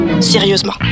sérieusement